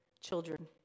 children